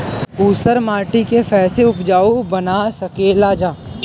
ऊसर माटी के फैसे उपजाऊ बना सकेला जा?